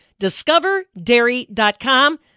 DiscoverDairy.com